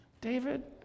David